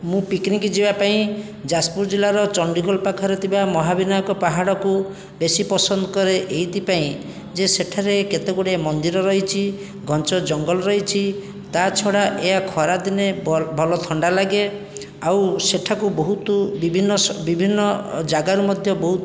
ମୁଁ ପିକ୍ନିକ୍ ଯିବାପାଇଁ ଯାଜପୁର ଜିଲ୍ଲାର ଚଣ୍ଡୀଖୋଲ ପାଖରେ ଥିବା ମହାବିନାୟକ ପାହାଡ଼କୁ ବେଶୀ ପସନ୍ଦ କରେ ଏଇଥିପାଇଁ ଯେ ସେଠାରେ କେତେଗୁଡ଼ିଏ ମନ୍ଦିର ରହିଛି ଘଞ୍ଚ ଜଙ୍ଗଲ ରହିଛି ତା'ଛଡ଼ା ଏହା ଖରାଦିନେ ଭଲ ଥଣ୍ଡା ଲାଗେ ଆଉ ସେଠାକୁ ବହୁତ ବିଭିନ୍ନ ବିଭିନ୍ନ ଜାଗାରୁ ମଧ୍ୟ ବହୁତ